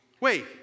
Wait